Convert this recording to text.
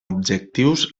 objectius